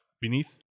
beneath